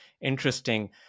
interesting